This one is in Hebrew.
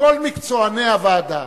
שכל מקצועני הוועדה,